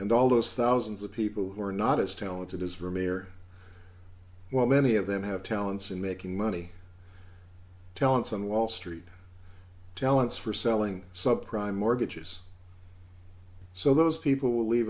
and all those thousands of people who are not as talented as vermeer while many of them have talents in making money talents on wall street talents for selling sub prime mortgages so those people will leave